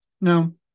No